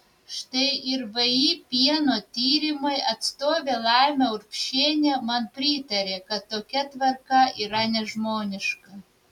štai ir vį pieno tyrimai atstovė laima urbšienė man pritarė kad tokia tvarka yra nežmoniška